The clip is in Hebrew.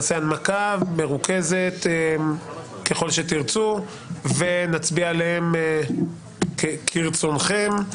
נעשה הנמקה מרוכזת ככל שתרצו ונצביע עליהם כרצונכם.